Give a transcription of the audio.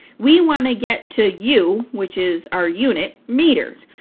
we want to get to u, which is our unit, meters.